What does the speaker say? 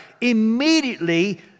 Immediately